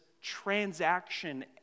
transaction